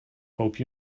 hope